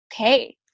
okay